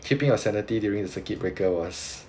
keeping your sanity during the circuit breaker was